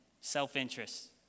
self-interest